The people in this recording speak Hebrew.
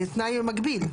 תנאי מגביל.